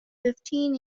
fifteen